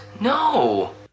No